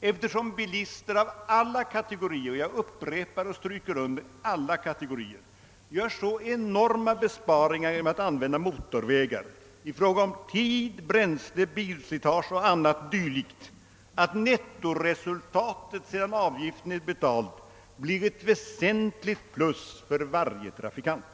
eftersom bilister av alla kategorier — jag upprepar och stryker under: alla kategorier — gör så enorma besparingar genom att använda motorvägar i fråga om tid, bränsle, bilslitage och annat dylikt, att nettoresultatet sedan avgiften är betald blir ett väsentligt plus för varje trafikant.